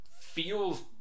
feels